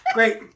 Great